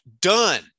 done